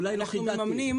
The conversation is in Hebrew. אולי לא חידדתי את זה.